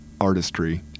artistry